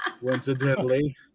Coincidentally